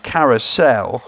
Carousel